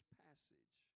passage